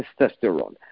testosterone